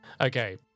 okay